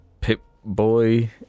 Pip-Boy